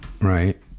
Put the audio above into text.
right